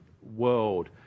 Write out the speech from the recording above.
world